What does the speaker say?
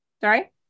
Sorry